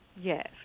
Yes